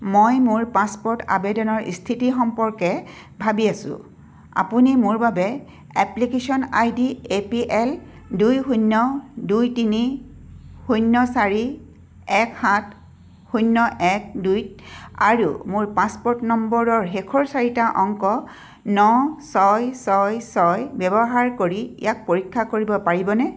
মই মোৰ পাছপ'ৰ্ট আবেদনৰ ইস্থিতি সম্পৰ্কে ভাবি আছোঁ আপুনি মোৰ বাবে application ID A P L দুই শূণ্য দুই তিনি শূণ্য চাৰি এক সাত শূণ্য এক দুইত আৰু মোৰ পাছপ'ৰ্ট নম্বৰৰ শেষৰ চাৰিটা অংক ন ছয় ছয় ছয় ব্যৱহাৰ কৰি ইয়াক পৰীক্ষা কৰিব পাৰিবনে